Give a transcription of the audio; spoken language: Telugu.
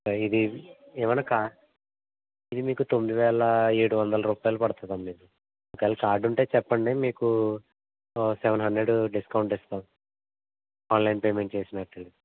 ఇది ఏమన్నా కార్డ్ ఇది మీకు తొమ్మిది వేల ఏడు వందల రూపాలు పడుతుందండి ఒకేలా కార్డు ఉంటే చెప్పండి మీకు సెవెన్ హాండ్రేడు డిస్కౌంట్ ఇస్తాం ఆన్లైన్ పేమెంట్ చేసినట్టు